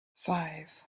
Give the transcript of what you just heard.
five